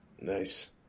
Nice